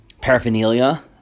paraphernalia